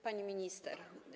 Pani Minister!